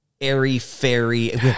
airy-fairy